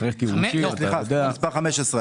גם לגבי מספר 16,